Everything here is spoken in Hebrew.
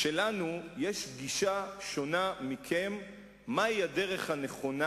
שלנו יש גישה שונה משלכם לגבי מהי הדרך הנכונה